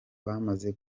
bamaze